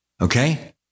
Okay